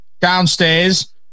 downstairs